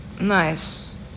nice